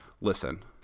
listen